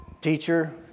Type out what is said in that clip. Teacher